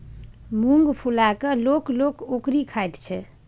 मुँग फुलाए कय लोक लोक ओकरी खाइत छै